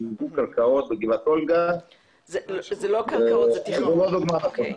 זאת לא דוגמה טובה.